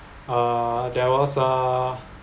uh there was uh